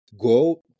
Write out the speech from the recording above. go